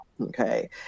okay